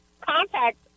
contact